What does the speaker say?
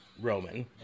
Roman